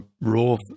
raw